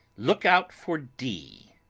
look out for d.